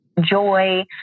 joy